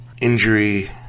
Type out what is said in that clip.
injury